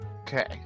Okay